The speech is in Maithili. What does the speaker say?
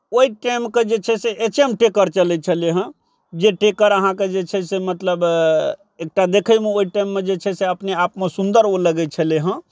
ओहि टाइमके जे छै से एच एम टेकर चलै छेलै हेँ जे टेकर अहाँके जे छै से मतलब एकटा देखैमे ओहि टाइममे जे छै से अपने आपमे सुन्दर ओ लगै छलै हँ